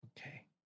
Okay